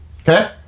okay